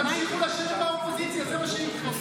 תמשיכו לשבת באופוזיציה, זה מה שיקרה.